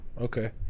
Okay